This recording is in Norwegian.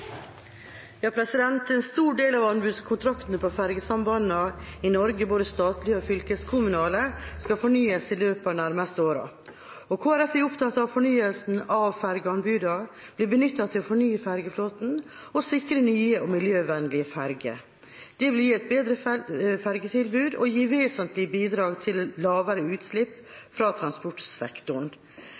En stor del av anbudskontraktene på ferjesambandene i Norge, både statlige og fylkeskommunale, skal fornyes i løpet av de nærmeste årene. Kristelig Folkeparti er opptatt av fornyelsen av ferjeanbudene. De blir benyttet til å fornye ferjeflåten og sikre nye og miljøvennlige ferjer. Det blir et bedre ferjetilbud og gir vesentlige bidrag til lavere utslipp fra transportsektoren.